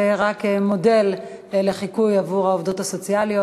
זה רק מודל לחיקוי עבור העובדות הסוציאליות.